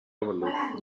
overlooked